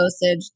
dosage